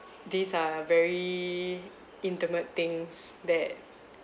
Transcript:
these are very intimate things that